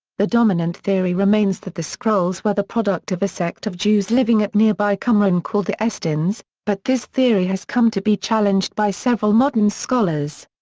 the dominant theory remains that the scrolls were the product of a sect of jews living at nearby qumran called the essenes, but this theory has come to be challenged by several modern scholars.